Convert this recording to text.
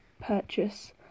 purchase